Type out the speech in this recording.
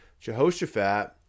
Jehoshaphat